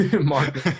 Mark